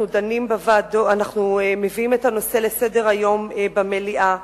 אנחנו מביאים את הנושא לסדר-היום במליאה,